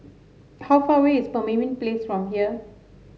how far away is Pemimpin Place from here